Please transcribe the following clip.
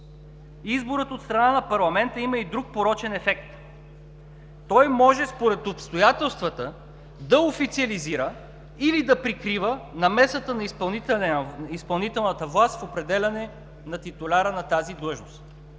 Изборът от страна на парламента има и друг порочен ефект. Той може според обстоятелствата да официализира или да прикрива намесата на изпълнителната власт в определяне на титуляра на тази длъжност.